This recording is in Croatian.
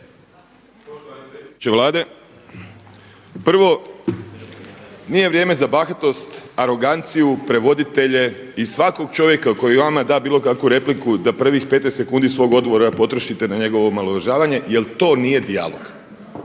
Prvo, nije vrijeme za bahatost, aroganciju, prevoditelje i svakog čovjeka vama da bilo kakvu repliku da prvih 15 sekundi potrošite na njegovo omalovažavanje jel to nije dijalog